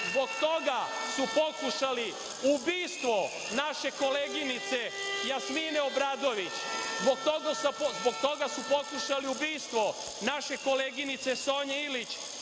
zbog toga su pokušali ubistvo naše koleginice Jasmine Obradović, zbog toga su pokušali ubistvo naše koleginice Sonje Ilić